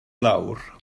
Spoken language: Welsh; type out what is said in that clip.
lawr